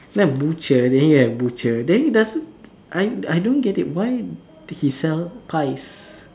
the butcher then you have butcher then he doesn't I I don't get it why he sells pies